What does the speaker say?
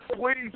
please